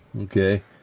okay